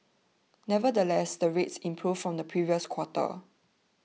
nevertheless the rates improved from the previous quarter